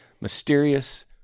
mysterious